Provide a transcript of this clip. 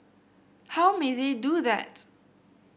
how may they do that